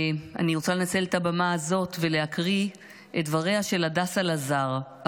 אני רוצה לנצל את הבמה הזאת ולהקריא את דבריה של הדסה לזר,